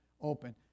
Open